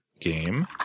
game